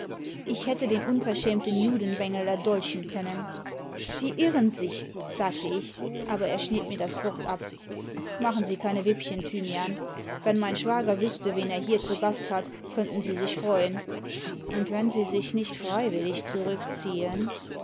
ich hätte den unverschämten judenbengel erdolchen können sie irren sich sagte ich aber er schnitt mir das wort ab machen sie keine wippchen thymian wenn mein schwager wüßte wen er hier zu gast hat könnten sie sich freuen und wenn sie sich nicht freiwillig zurückziehen